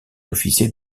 officier